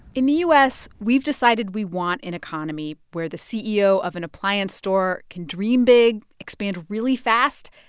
in the u s, we've decided we want an economy where the ceo of an appliance store can dream big, expand really fast.